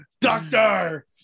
Doctor